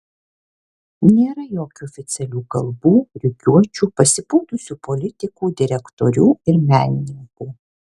nėra jokių oficialių kalbų rikiuočių pasipūtusių politikų direktorių ir menininkų